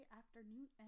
afternoon